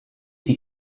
die